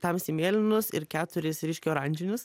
tamsiai mėlynus ir keturis ryškiai oranžinius